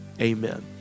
Amen